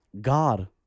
God